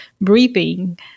breathing